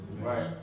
Right